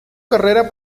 carrera